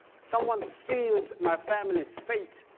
someone sealed my family's fate.